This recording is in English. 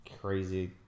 crazy